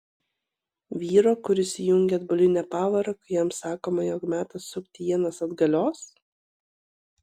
vyro kuris įjungia atbulinę pavarą kai jam sakoma jog metas sukti ienas atgalios